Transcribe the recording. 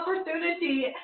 opportunity